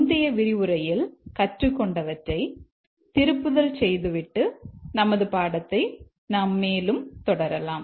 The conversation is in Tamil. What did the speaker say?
முந்தைய விரிவுரையில் கற்றுக் கொண்டவற்றை திருப்புதல் செய்துவிட்டு நமது பாடத்தை மேலும் தொடரலாம்